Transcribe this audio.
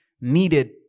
needed